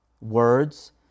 words